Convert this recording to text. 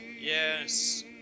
Yes